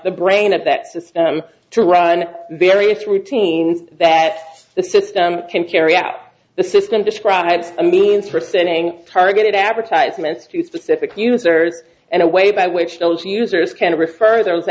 the brain at that system to run the various routines that the system can carry out the system describes a means for sending targeted advertisements to specific users and a way by which those users can refer those